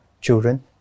children